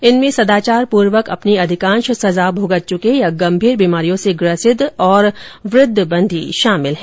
इनमें सदाचारपूर्वक अपनी अधिकांश सजा भुगत चुके या गंभीर बीमारियों से ग्रसित और वृद्ध बंदी शामिल है